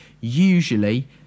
usually